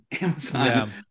amazon